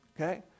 Okay